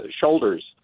shoulders